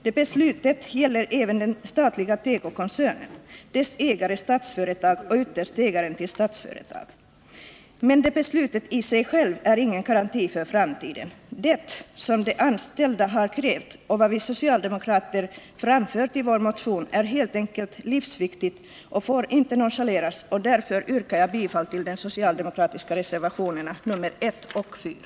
Det beslutet gäller även den statliga tekokoncernen, dess ägare Statsföretag och ytterst ägaren till Statsföretag. Men det beslutet i sig självt är ingen garanti för framtiden. Det som de anställda har krävt och vad vi socialdemokrater framfört i vår motion är helt enkelt livsviktigt och får inte nonchaleras, och därför yrkar jag bifall till de socialdemokratiska reservationerna nr 1 och 4.